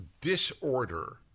disorder